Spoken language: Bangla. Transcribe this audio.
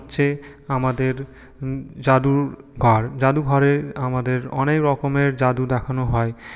হচ্ছে আমাদের যাদুর ঘর যাদুঘরে আমাদের অনেক রকমের যাদু দেখানো হয়